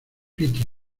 piti